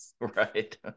Right